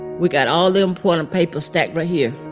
we got all the important papers stacked right here.